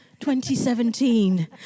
2017